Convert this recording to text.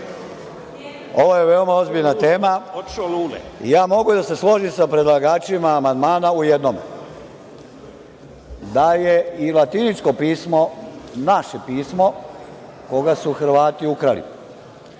ovo je veoma ozbiljna tema. Mogu da se složim sa predlagačima amandmana u jednom, da je i latiničko pismo naše pismo koga su Hrvati ukrali.